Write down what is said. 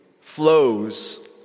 flows